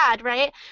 right